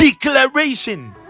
declaration